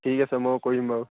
ঠিক আছে মই কৰিম বাৰু